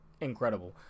incredible